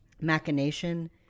machination